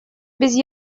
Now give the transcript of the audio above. без